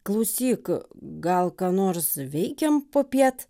klausyk gal ką nors veikiam popiet